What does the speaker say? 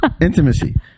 Intimacy